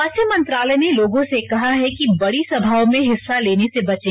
स्वास्थ्य मंत्रालय ने लोगों से कहा है कि बड़ी सभाओं में हिस्सा लेने से बचें